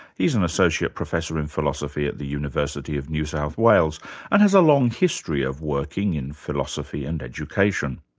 he's an associate professor in philosophy at the university of new south wales and has a long history of working in philosophy and education.